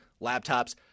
laptops